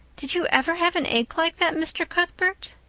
did you ever have an ache like that, mr. cuthbert?